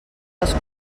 als